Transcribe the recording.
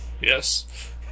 Yes